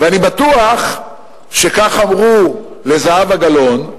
ואני בטוח שכך אמרו לזהבה גלאון,